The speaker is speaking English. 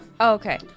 Okay